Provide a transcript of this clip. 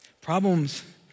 Problems